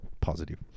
positive